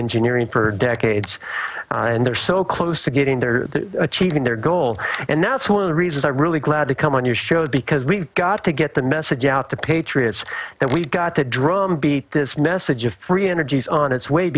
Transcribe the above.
engineering per decades and they're so close to getting there achieving their goal and that's one of the reasons i really glad to come on your show because we've got to get that message out to patriots that we've got that drumbeat this message of free energy is on its way